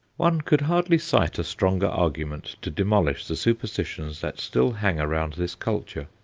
one could hardly cite a stronger argument to demolish the superstitions that still hang around this culture.